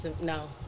No